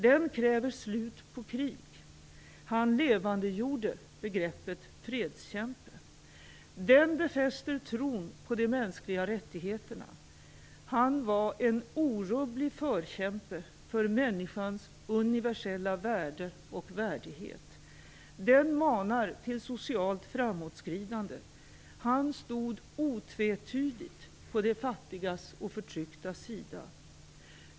Den kräver slut på krig - han levandegjorde begreppet fredskämpe. Den befäster tron på de mänskliga rättigheterna - han var en orubblig förkämpe för människans universella värde och värdighet. Den manar till socialt framåtskridande - han stod otvetydigt på de fattigas och förtrycktas sida.